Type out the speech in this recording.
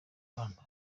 rwanda